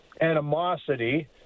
animosity